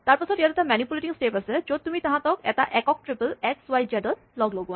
তাৰপাছত ইয়াত এটা মেনিপুলেটিং স্টেপ আছে য'ত তুমি তাহাঁতক এটা একক ট্ৰিপল এক্স ৱাই জেড ত লগ লগোৱা